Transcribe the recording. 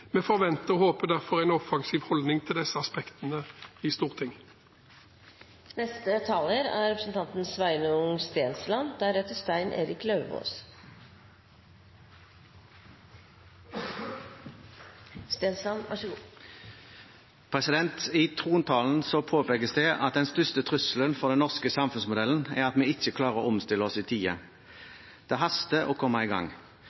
Vi forventer og håper derfor på en offensiv holdning til disse aspektene i Stortinget. I trontalen påpekes det at den største trusselen for den norske samfunnsmodellen er at vi ikke klarer å omstille oss i tide. Det haster med å komme i gang.